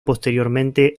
posteriormente